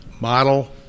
model